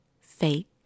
fake